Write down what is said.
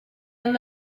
and